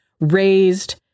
raised